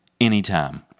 anytime